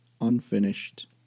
unfinished